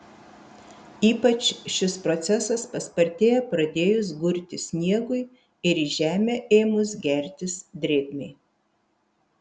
ypač šis procesas paspartėja pradėjus gurti sniegui ir į žemę ėmus gertis drėgmei